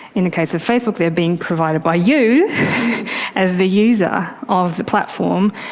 in the case of facebook they are being provided by you as the user of the platform.